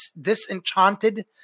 disenchanted